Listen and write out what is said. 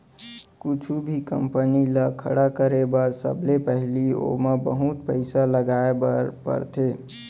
कुछु भी कंपनी ल खड़ा करे बर सबले पहिली ओमा बहुत पइसा लगाए बर परथे